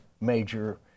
major